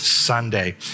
Sunday